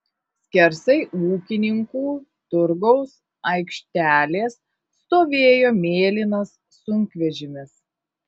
skersai ūkininkų turgaus aikštelės stovėjo mėlynas sunkvežimis